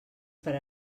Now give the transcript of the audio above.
per